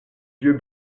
yeux